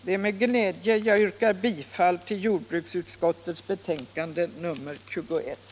Det är med glädje jag yrkar bifall till jordbruksutskottets hemställan i dess betänkande nr 21.